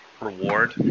reward